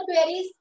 queries